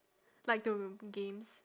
like to games